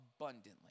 abundantly